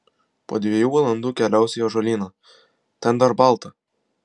po dviejų valandų keliausiu į ąžuolyną ten dar balta